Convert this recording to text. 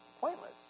pointless